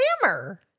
hammer